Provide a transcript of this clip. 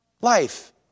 life